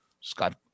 Scott